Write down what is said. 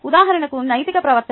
ఉదాహరణకు నైతిక ప్రవర్తన